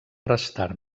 restar